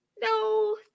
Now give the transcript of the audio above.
No